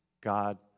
God